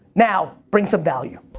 now, bring some value.